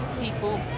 people